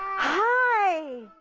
hi!